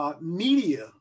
media